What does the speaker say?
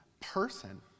person